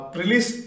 release